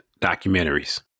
documentaries